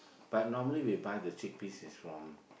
but normally we buy the chickpeas is from